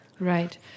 Right